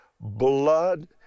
blood